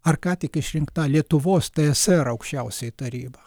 ar ką tik išrinkta lietuvos tsr aukščiausioji taryba